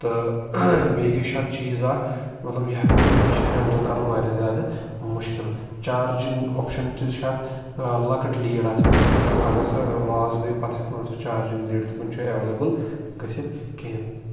تہٕ بیٚیہِ کیٛاہ چھُ اَتھ چیٖز اَکھ مطلب یہِ ہؠکو أسۍ یہِ چھِ ہؠنٛڈٕل کَرُن واریاہ زیادٕ مُشکِل چارجِنٛگ آفِشَن تہِ چھِ اَتھ لَکٕٹ لیٖڈ آسان سۭتۍ اور اَگر سۄ لاس گٔے پتہٕ ہؠکو نہٕ سۄ چارجِنگ لیٖڈ تہِ کُنہِ جایہِ اؠویلیبٕل گٔژِھتھ کِہیٖنۍ